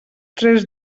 tres